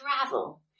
travel